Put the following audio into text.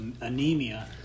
anemia